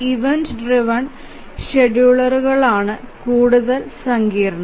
event driven ഷെഡ്യൂളറുകളാണ് കൂടുതൽ സങ്കീർണo